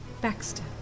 Baxter